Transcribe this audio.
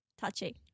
Touchy